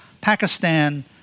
Pakistan